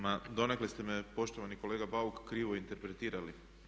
Ma donekle ste me poštovani kolega Bauk krivo interpretirali.